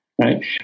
right